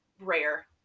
rare